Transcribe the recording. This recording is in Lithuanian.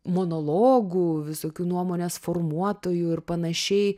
monologų visokių nuomonės formuotojų ir panašiai